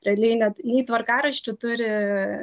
realiai net nei tvarkaraščių turi